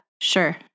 sure